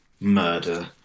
Murder